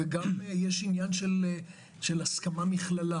וגם יש עניין של הסכמה מכללה